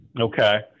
Okay